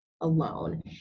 alone